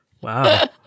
Wow